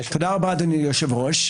תודה, אדוני היושב-ראש,